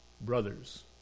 brothers